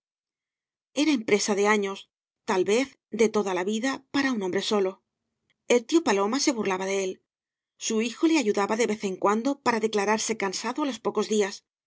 era empresa de años tal vez de toda la vida para un hombre solo el tío paloma se burlaba de él su hijo le ayudaba de vez en cuando para declararse cansado á los pocos días